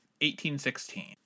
1816